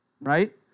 right